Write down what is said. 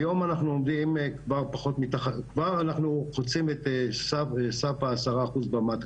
היום אנחנו כבר חוצים את סף העשרה אחוז במד.